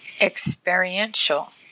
experiential